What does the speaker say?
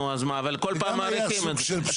נו אז מה אבל כל פעם מאריכים את זה,